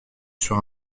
sur